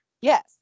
yes